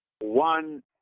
One